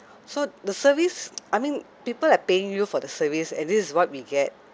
so the service I mean people are paying you for the service and this is what we get